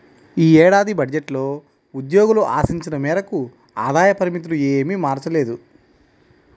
ఈ ఏడాది బడ్జెట్లో ఉద్యోగులు ఆశించిన మేరకు ఆదాయ పరిమితులు ఏమీ మార్చలేదు